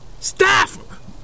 Staff